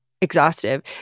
exhaustive